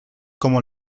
como